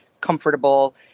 comfortable